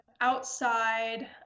outside